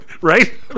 Right